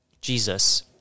Jesus